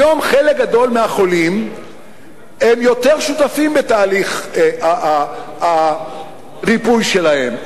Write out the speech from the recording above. היום חלק גדול מהחולים הם יותר שותפים בתהליך הריפוי שלהם,